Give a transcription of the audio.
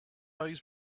eyes